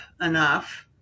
enough